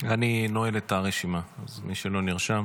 אני נועל את הרשימה, אז מי שלא נרשם